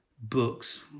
books